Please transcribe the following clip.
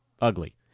Ugly